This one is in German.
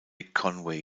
conway